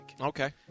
Okay